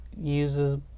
uses